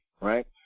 right